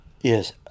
Yes